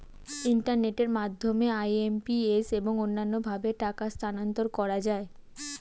ইন্টারনেটের মাধ্যমে আই.এম.পি.এস এবং অন্যান্য ভাবে টাকা স্থানান্তর করা যায়